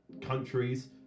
countries